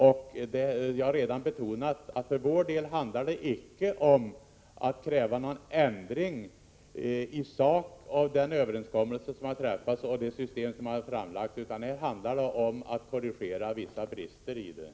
Jag har redan betonat att det för vår del icke handlar om att kräva någon ändring i sak i den överenskommelse som har träffats om det föreslagna systemet utan om att korrigera vissa brister i detta: